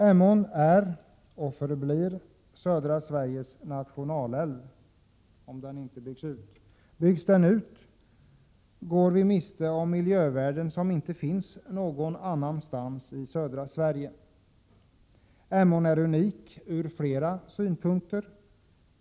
Emån är och bör förbli södra Sveriges nationalälv. Byggs den ut går vi miste om miljövärden som inte finns någon annanstans i södra Sverige. Emån är unik ur flera synpunkter.